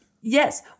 Yes